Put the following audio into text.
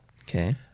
Okay